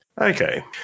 Okay